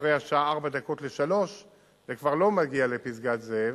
אחרי השעה 14:56 היא כבר לא מגיעה לפסגת-זאב,